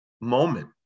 moment